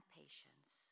patience